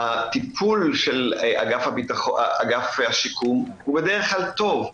הטיפול של אגף השיקום הוא בדרך כלל טוב,